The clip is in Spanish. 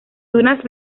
dunas